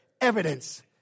Evidence